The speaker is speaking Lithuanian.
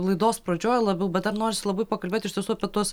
laidos pradžioj labiau bet dar norisi labai pakalbėt iš tiesų apie tuos